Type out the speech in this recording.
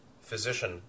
physician